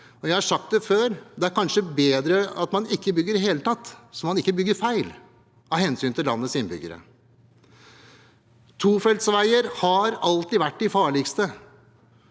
jeg har sagt det før: Det er kanskje bedre at man ikke bygger i det hele tatt, så man ikke bygger feil, av hensyn til landets innbyggere. Tofelts veier har alltid vært de farligste.